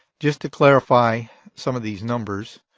just to clarify some of these numbers.